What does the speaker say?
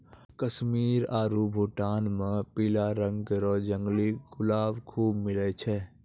कश्मीर आरु भूटान म पीला रंग केरो जंगली गुलाब खूब मिलै छै